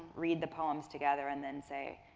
read the poems together, and then say,